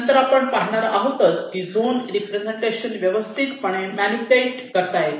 नंतर आपण पाहणार आहोतच की झोन रिप्रेझेंटेशन व्यवस्थितपणे मेनूप्लेट करता येते